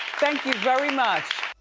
thank you very much.